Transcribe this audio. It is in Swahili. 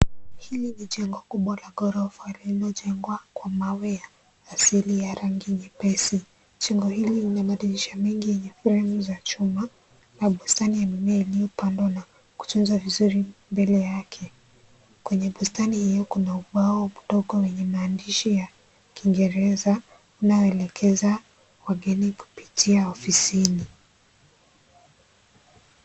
Hili ni jengo kubwa ya gorofa lililojengwa kwa mawe ya asili yenye rangi nyepesi. Jengo hili lina madirisha mingi na fremu ya chuma na bustani ya mimea iliopandwa na kutunzwa vizuri mbele yake. Kwenye bustani Kuna ubao mdogo wenye maandishi ya kingeresa inayoelekeza wageni kupitia ofisini.